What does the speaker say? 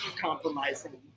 compromising